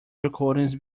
recordings